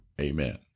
amen